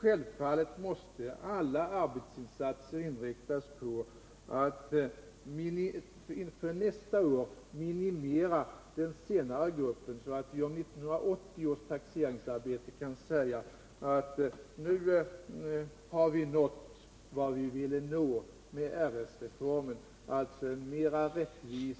Självfallet måste alla arbetsinsatser inriktas på att inför nästa år minimera den senare gruppen, så att vi om 1980 års taxeringsarbete kan säga: Nu har vi nått vad vi ville nå med RS-reformen, alltså en mer rättvis